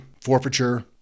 forfeiture